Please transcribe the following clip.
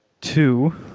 two